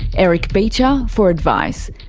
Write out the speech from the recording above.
eric beecher, for advice.